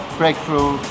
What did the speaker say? breakthrough